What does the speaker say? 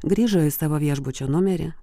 grįžo į savo viešbučio numerį